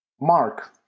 Mark –